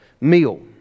meal